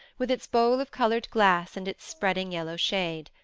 with its bowl of coloured glass and its spreading yellow shade.